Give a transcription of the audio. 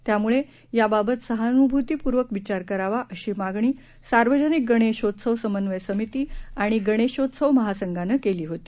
त्यामुळे याबाबत सहानभूतीपूर्वक विचार करावा अशी मागणी सार्वजनिक गणेशोत्सव समन्वय समिती आणि गणेशोत्सव महासंघानं केली होती